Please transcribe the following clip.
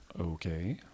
Okay